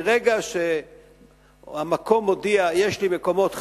מרגע שהמקום הודיע: יש לי מקומות חנייה,